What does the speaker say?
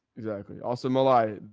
exactly awesome ally.